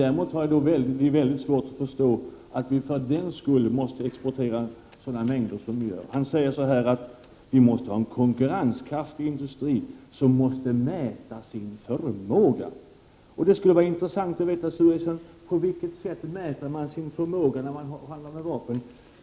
Däremot är det väldigt svårt att förstå att Sverige för den skull måste exportera vapen i sådana mängder. Sture Ericson säger att Sverige måste ha en konkurrenskraftig vapenindustri och att den behöver mäta sin förmåga. På vilket sätt mäter man sin förmåga när man handlar med vapen? Det skulle vara intressant att veta, Sture Ericson.